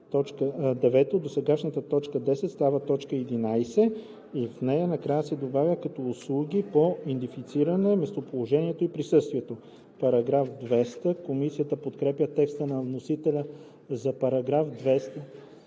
Досегашната т. 10 става т. 11 и в нея накрая се добавя „като услуги по идентифициране, местоположение и присъствие“.“ Комисията подкрепя текста на вносителя за § 200,